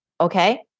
okay